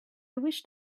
wished